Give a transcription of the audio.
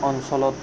অঞ্চলত